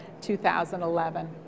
2011